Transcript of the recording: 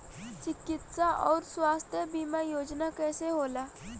चिकित्सा आऊर स्वास्थ्य बीमा योजना कैसे होला?